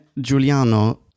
Giuliano